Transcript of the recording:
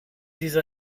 diese